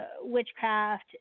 witchcraft